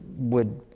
would